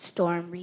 Storm